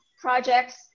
projects